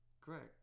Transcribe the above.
Correct